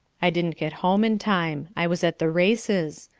i didn't get home in time. i was at the races.